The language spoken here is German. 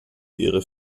ihre